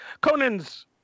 Conan's